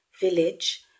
village